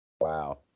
Wow